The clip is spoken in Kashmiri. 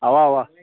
اوا اوا